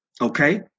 okay